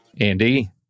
Andy